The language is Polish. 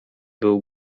był